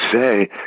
say